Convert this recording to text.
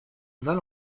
val